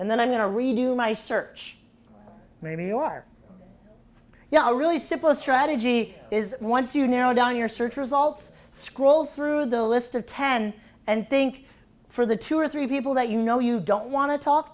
and then i'm going to redo my search maybe you are you know really simple strategy is once you narrow down your search results scroll through the list of ten and think for the two or three people that you know you don't want to talk